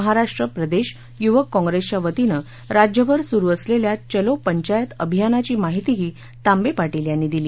महाराष्ट्र प्रदेश युवक काँप्रेसच्या वतीनं राज्यभर सुरु असलेल्या चलो पंचायत अभियानाची माहितीही तांबे पाटील यांनी दिली